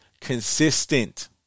consistent